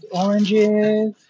oranges